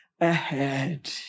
ahead